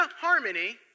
harmony